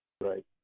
Right